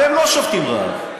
אתם לא שובתים רעב.